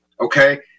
okay